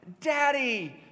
Daddy